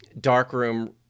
darkroom